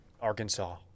Arkansas